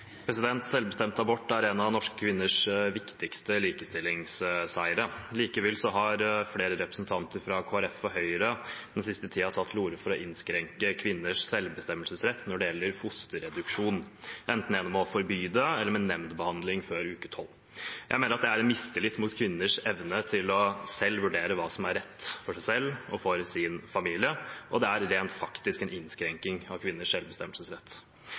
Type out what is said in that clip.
en av norske kvinners viktigste likestillingsseiere. Likevel har flere representanter fra Kristelig Folkeparti og Høyre den siste tiden tatt til orde for å innskrenke kvinners selvbestemmelsesrett når det gjelder fosterreduksjon, enten gjennom å forby det eller ved nemndbehandling før uke 12. Jeg mener at det er en mistillit til kvinners evne til selv å vurdere hva som er rett for dem selv og deres familie, og det er rent faktisk en innskrenkning av kvinners selvbestemmelsesrett.